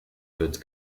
wird